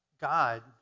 God